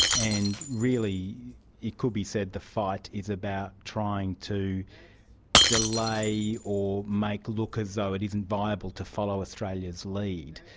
and really it could be said the fight is about trying to delay or make it look as though it isn't viable to follow australia's lead.